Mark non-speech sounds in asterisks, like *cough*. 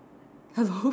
hello *laughs*